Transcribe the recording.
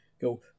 go